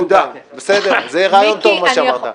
זה רעיון טוב מה שאמרת.